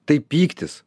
tai pyktis